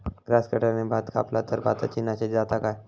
Grass कटराने भात कपला तर भाताची नाशादी जाता काय?